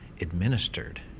administered